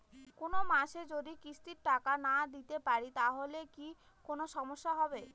কোনমাসে যদি কিস্তির টাকা না দিতে পারি তাহলে কি কোন সমস্যা হবে?